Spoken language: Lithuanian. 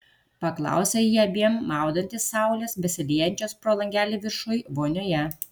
paklausė ji abiem maudantis saulės besiliejančios pro langelį viršuj vonioje